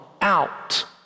out